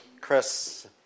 Chris